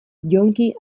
jonki